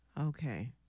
Okay